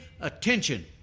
attention